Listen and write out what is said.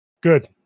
good